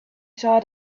saw